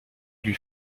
lui